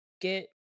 get